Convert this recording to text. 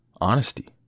honesty